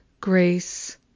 grace